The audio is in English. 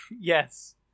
Yes